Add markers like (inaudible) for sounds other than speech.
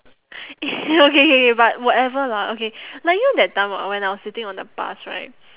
(laughs) okay K K K but whatever lah okay like you know that time when I was sitting on the bus right